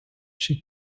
she